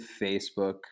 Facebook